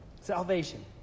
salvation